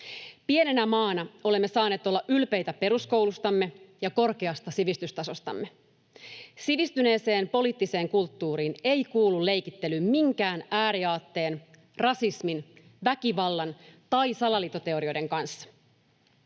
Pienenä maana olemme saaneet olla ylpeitä peruskoulustamme ja korkeasta sivistystasostamme. Sivistyneeseen poliittiseen kulttuuriin ei kuulu leikittely minkään ääriaatteen, rasismin, väkivallan tai salaliittoteorioiden kanssa.